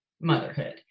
motherhood